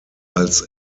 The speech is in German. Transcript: als